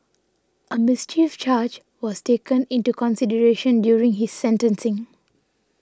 a mischief charge was taken into consideration during his sentencing